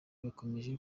bakomeje